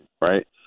right